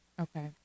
Okay